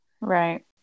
Right